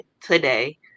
today